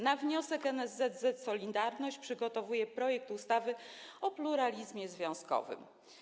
Na wniosek NSZZ „Solidarność” przygotowuje projekt ustawy o pluralizmie związkowym.